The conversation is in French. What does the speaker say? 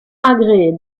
agrégé